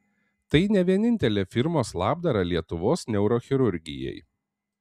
tai ne vienintelė firmos labdara lietuvos neurochirurgijai